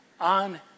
on